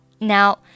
Now